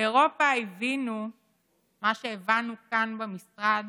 באירופה הבינו מה שהבנו כאן במשרד